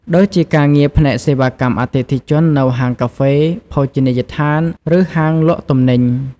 ដូចជាការងារផ្នែកសេវាកម្មអតិថិជននៅហាងកាហ្វេ ភោជនីយដ្ឋាន ឬហាងលក់ទំនិញ។